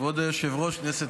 כבוד היושב-ראש, כנסת